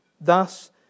thus